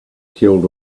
killed